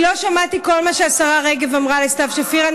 למה את לא מגינה על סתיו שפיר?